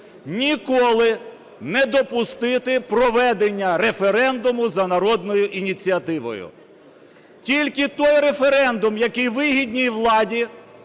ніколи не допустити проведення референдуму за народною ініціативою. Тільки той референдум, який вигідний владі,